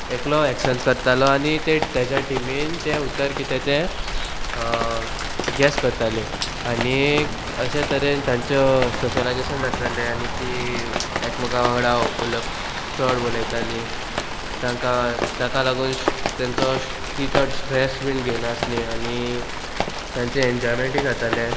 एकलो एक्शन्स करतालो आनी ते तेज्या टिमीन ते उतर कितें ते गॅस करताली आनीक अशे तरेन तांच्यो सोशलायजेशन जाताले आनी ती एकमेकां वांगडा उलोवप चड उलयताली तांकां ताका लागून तेंचो ती चड स्ट्रेस बीन घेनासली आनी तांचे एन्जॉयमेंटूय जाताले